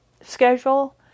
schedule